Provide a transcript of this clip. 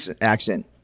accent